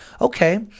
okay